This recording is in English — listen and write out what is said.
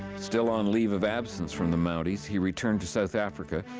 still on leave of absence from the mounties, he returned to south africa,